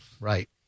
Right